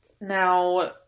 now